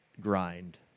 grind